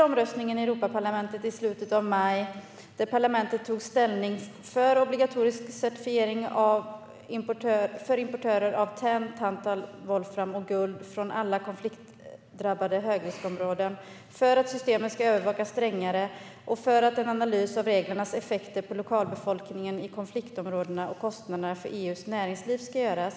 I omröstningen i Europaparlamentet i slutet av maj tog parlamentet ställning för en obligatorisk certifiering för importörer av tenn, tantal, volfram och guld från alla konfliktdrabbade högriskområden att systemet ska övervakas strängare att en analys av reglernas effekter på lokalbefolkningen i konfliktområdena och kostnaderna för EU:s näringsliv ska göras.